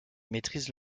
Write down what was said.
maîtrise